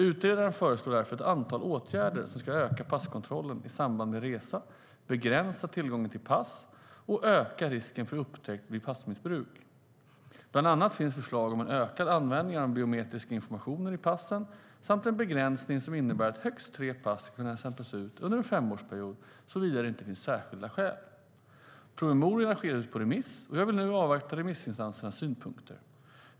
Utredaren föreslår därför ett antal åtgärder som ska öka passkontrollen i samband med resa, begränsa tillgången till pass och öka risken för upptäckt vid passmissbruk. Bland annat finns förslag om en ökad användning av den biometriska informationen i passen samt om en begränsning som innebär att högst tre pass ska kunna hämtas ut under en femårsperiod, såvida det inte finns särskilda skäl. Promemorian har skickats ut på remiss och jag vill nu avvakta remissinstansernas synpunkter.